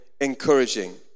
encouraging